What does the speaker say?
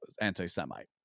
anti-Semite